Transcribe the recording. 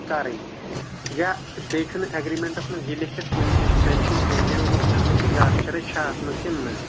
کَرٕنۍ یا بیٚیہِ چُھنہٕ اگرمینٹس مٛنز یہِ لٮ۪کِتھ کُنہِ جاے مینشن کُنہِ جاے آمُت کَرنہٕ کہِ گاسہٕ چرٲے چھا اتھ منٛز کِنہٕ نہٕ